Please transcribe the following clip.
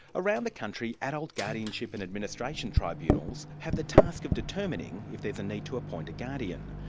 around the country adult guardianship and administration tribunals have the task of determining if there's a need to appoint a guardian,